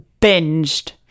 binged